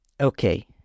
Okay